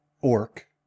orc